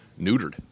neutered